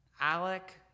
alec